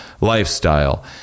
lifestyle